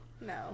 No